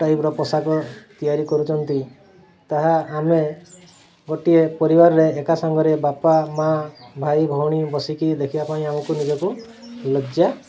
ଟାଇପ୍ର ପୋଷାକ ତିଆରି କରୁଛନ୍ତି ତାହା ଆମେ ଗୋଟିଏ ପରିବାରରେ ଏକା ସାଙ୍ଗରେ ବାପା ମା' ଭାଇ ଭଉଣୀ ବସିକି ଦେଖିବା ପାଇଁ ଆମକୁ ନିଜକୁ ଲଜ୍ଜା